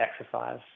exercise